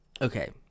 Okay